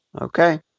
Okay